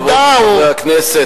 חברות וחברי הכנסת,